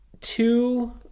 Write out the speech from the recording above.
two